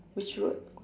which route